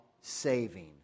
saving